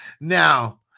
now